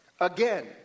Again